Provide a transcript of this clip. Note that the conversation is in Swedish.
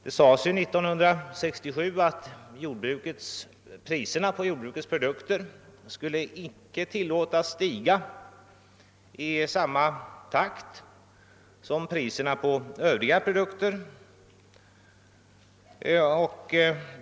Det sades år 1967 att priserna på jordbrukets produkter icke skulle tillåtas stiga i samma takt som priserna på övriga produkter.